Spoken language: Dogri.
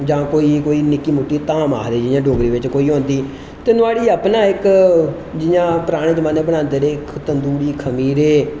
जां कोई निक्की मुट्टी धाम आखदे जि'यां डोगरी बिच कोई उंदी नुआढ़ी अपना इक जि'यां पराने जमांने बनादें है इक तंदूरी खमीरे